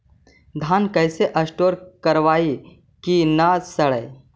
धान कैसे स्टोर करवई कि न सड़ै?